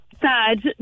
sad